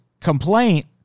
complaint